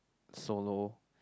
solo